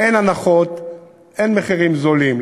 אין הנחות, אין מחירים זולים.